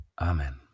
Amen